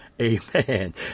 amen